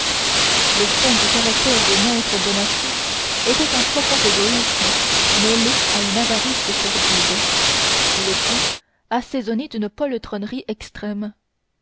le fond du caractère de maître bonacieux était un profond égoïsme mêlé à une avarice sordide le tout assaisonné d'une poltronnerie extrême